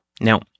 Now